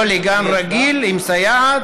לגן רגיל עם סייעת,